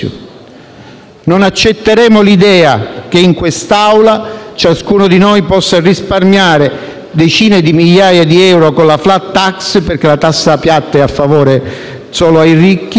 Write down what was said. Non accetteremo l'idea che in quest'Aula ciascuno di noi possa risparmiare decine di migliaia di euro con la *flat tax*, perché la tassa piatta è solo a favore dei ricchi,